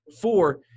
Four